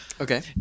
Okay